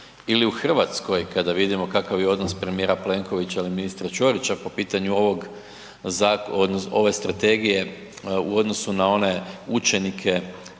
ili u Hrvatskoj kada vidimo kakav je odnos premijera Plenkovića ili ministra Ćorića po pitanju ovog zakona, odnosno ove strategije u odnosu na one učenike